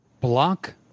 Block